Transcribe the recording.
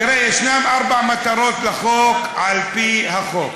תראה, יש ארבע מטרות לחוק על-פי החוק.